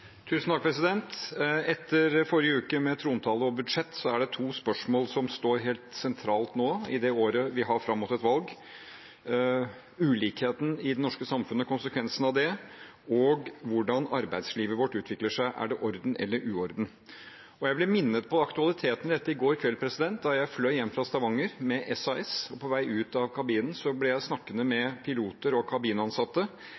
Etter forrige uke, med trontaledebatt og budsjett, er det to spørsmål som står helt sentralt nå i det året vi har fram mot et valg: ulikheten i det norske samfunnet og konsekvensen av det, og hvordan arbeidslivet vårt utvikler seg, om det er orden eller uorden. Jeg ble minnet på aktualiteten i dette i går kveld da jeg fløy hjem fra Stavanger med SAS. På vei ut av kabinen ble jeg snakkende